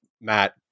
Matt